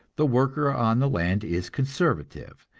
the worker on the land is conservative,